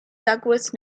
douglas